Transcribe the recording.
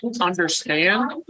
understand